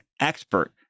expert